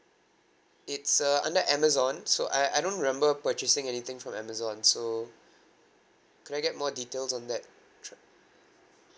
it's uh under amazon so I I don't remember purchasing anything from amazon so can I get more details on that tr~